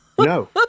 no